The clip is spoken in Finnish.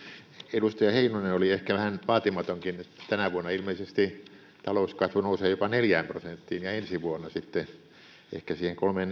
edustaja heinonen oli ehkä vähän vaatimatonkin tänä vuonna ilmeisesti talouskasvu nousee jopa neljään prosenttiin ja ensi vuonna sitten ehkä siihen kolmeen